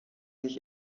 sich